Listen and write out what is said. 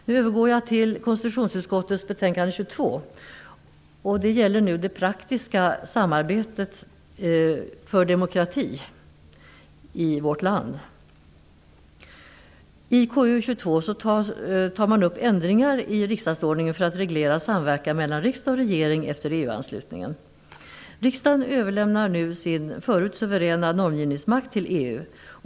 Nu övergår jag till konstitutionsutskottets betänkande 22. Det gäller det praktiska samarbetet för demokrati i vårt land. I KU22 tar man upp ändringar i riksdagsordningen för att reglera samverkan mellan riksdag och regering efter EU-anslutningen. Riksdagen överlämnar nu sin förut suveräna normgivningsmakt till EU.